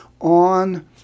on